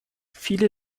viele